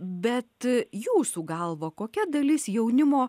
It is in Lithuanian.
bet jūsų galva kokia dalis jaunimo